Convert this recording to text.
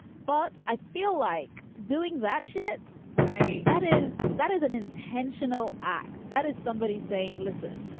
but i feel like doing that shit right. that is that is an intentional act. that is somebody saying, listen,